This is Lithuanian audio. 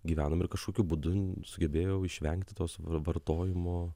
gyvenom ir kažkokiu būdu sugebėjau išvengti tos vartojimo